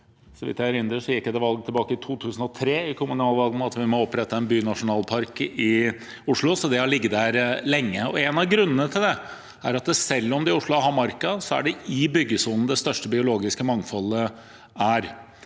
Så vidt jeg erindrer, gikk jeg i kommunalvalget tilbake i 2003 til valg på å opprette en bynasjonalpark i Oslo, så det har ligget der lenge. En av grunnene til det er at selv om Oslo har marka, er det i byggesonen det største biologiske mangfoldet er.